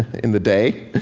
in the day.